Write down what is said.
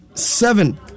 Seven